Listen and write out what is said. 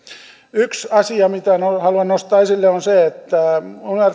yksi asia minkä haluan nostaa esille on se että